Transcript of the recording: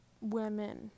women